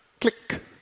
Click